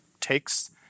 takes